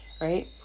right